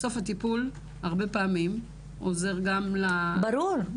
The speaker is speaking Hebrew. בסוף הטיפול הרבה פעמים עוזר גם --- ברור.